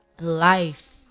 life